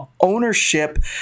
ownership